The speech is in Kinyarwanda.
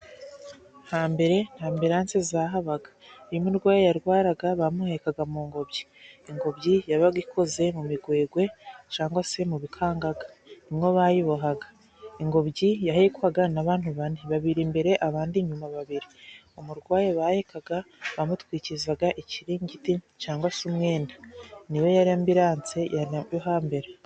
Hambere nta ambiranse zahabaga . Iyo umurwayi yarwaraga, bamuhekaga mu ngobyi. Ingobyi yabaga ikoze mu migwegwe cyangwa se mu bikangaga ,ni mwo bayibohaga. Ingobyi yahekwaga n' abantu bane : babiri imbere abandi inyuma babiri. Umurwayi bahekaga bamutwikizaga ikiringiti cyangwa se umwenda. Ni yo yari ambiranse mu Rwanda rwo hambere.